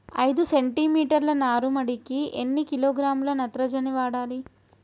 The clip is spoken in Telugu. ఐదు సెంటిమీటర్ల నారుమడికి ఎన్ని కిలోగ్రాముల నత్రజని వాడాలి?